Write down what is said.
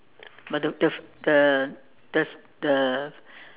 but the the the the